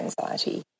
anxiety